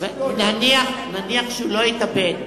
נניח שהוא לא התאבד.